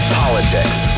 politics